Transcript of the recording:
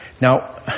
Now